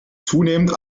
zunehmend